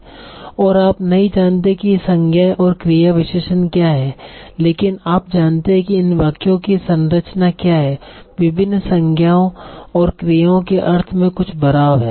और आप नहीं जानते कि ये संज्ञाएं और क्रियाविशेषण क्या हैं लेकिन आप जानते हैं कि इन वाक्यों की संरचना क्या है विभिन्न संज्ञाओं और क्रियाओं के अर्थ में कुछ भराव हैं